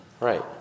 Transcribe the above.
Right